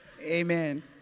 Amen